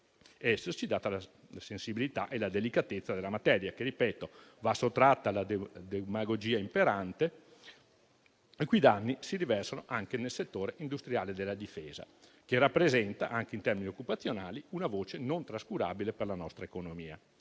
che esserci, date la sensibilità e la delicatezza della materia, che - lo ripeto - va sottratta alla demagogia imperante i cui danni si riversano anche sul settore industriale della difesa, che rappresenta, anche in termini occupazionali, una voce non trascurabile per la nostra economia.